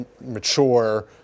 mature